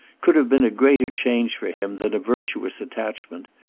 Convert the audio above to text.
could have been a greater change for him than a virtuous attachment,